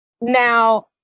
Now